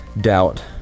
doubt